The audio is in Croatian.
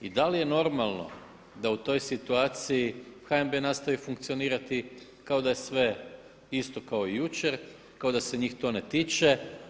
I da li je normalno da u toj situaciji HNB nastavi funkcionirati kao da je sve isto kao i jučer, kao da se njih to ne tiče?